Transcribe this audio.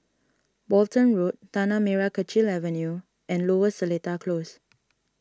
Walton Road Tanah Merah Kechil Avenue and Lower Seletar Close